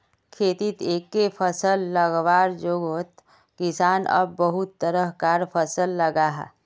खेतित एके फसल लगवार जोगोत किसान अब बहुत तरह कार फसल लगाहा